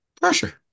Pressure